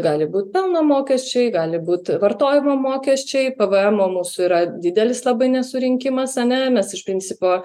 gali būt pelno mokesčiai gali būt vartojimo mokesčiai p v emo mūsų yra didelis labai nesurinkimas ane nes iš principo